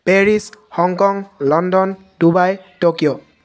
Paris Hong Kong London Dubai Tokyo